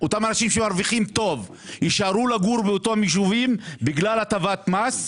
אנשים שמרוויחים טוב יישארו לגור ביישובים האלה בגלל הטבת מס,